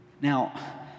Now